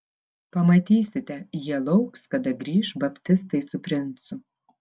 pamatysite jie lauks kada grįš baptistai su princu